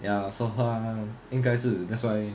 ya so 他应该是 that's why